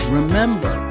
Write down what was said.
Remember